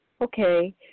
Okay